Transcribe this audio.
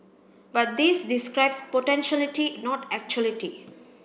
but this describes potentiality not actuality